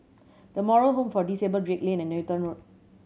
The Moral Home for Disabled Drake Lane and Newton Road